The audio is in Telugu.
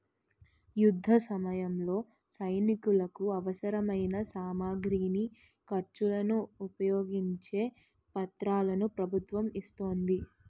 యుద్ధసమయంలో సైనికులకు అవసరమైన సామగ్రిని, ఖర్చులను ఉపయోగించే పత్రాలను ప్రభుత్వం ఇస్తోంది